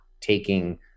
taking